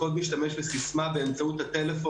גודל האחריות ועוצמת האחריות שמונחת על פתחנו.